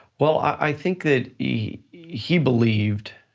well, i think that yeah he believed